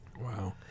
Wow